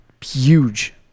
huge